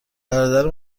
برادر